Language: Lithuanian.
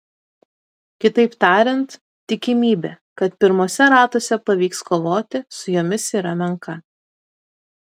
kitaip tariant tikimybė kad pirmuose ratuose pavyks kovoti su jomis yra menka